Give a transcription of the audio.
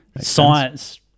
science